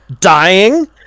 Dying